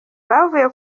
bavuye